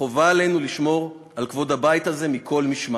חובה עלינו לשמור על כבוד הבית הזה מכל משמר.